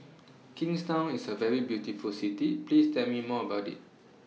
Kingstown IS A very beautiful City Please Tell Me More about IT